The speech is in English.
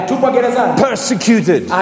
persecuted